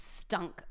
stunk